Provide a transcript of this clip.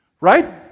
Right